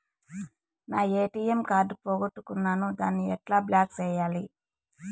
నా ATM card పోగొట్టుకున్నాను, దాన్ని ఎట్లా బ్లాక్ సేయాలి?